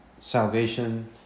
Salvation